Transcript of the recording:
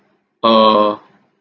uh